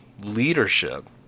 leadership